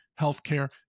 healthcare